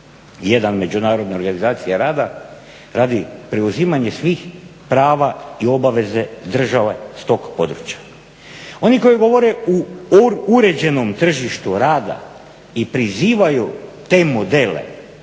181 Međunarodne organizacije rada preuzimanja svih prava i obaveze države s tog područja. Oni koji govore o uređenom tržištu rada i prizivaju te modele